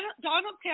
Donald